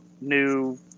new